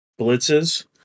blitzes